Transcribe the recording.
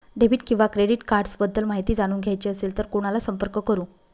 Debit किंवा credit cards बद्दल माहिती जाणून घ्यायची असेल तर कोणाला संपर्क करु?